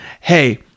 hey